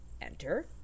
Enter